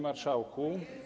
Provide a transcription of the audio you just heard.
Marszałku!